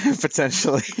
Potentially